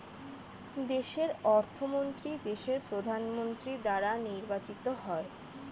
দেশের অর্থমন্ত্রী দেশের প্রধানমন্ত্রী দ্বারা নির্বাচিত হয়